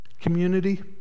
community